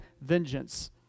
vengeance